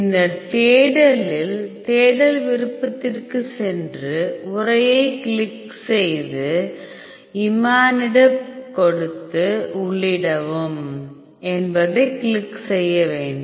பின்னர் தேடலில் தேடல் விருப்பத்திற்குச் சென்று உரையைக் கிளிக் செய்து இமாடினிப் கொடுத்து உள்ளிடவும் என்பதைக் கிளிக் செய்ய வேண்டும்